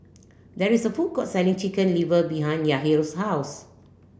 there is a food court selling chicken liver behind Yahir's house